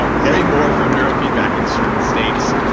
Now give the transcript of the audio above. but way more from neurofeedback in certain states,